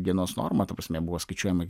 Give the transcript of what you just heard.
dienos norma ta prasme buvo skaičiuojama